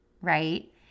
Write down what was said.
right